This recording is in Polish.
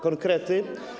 Konkrety.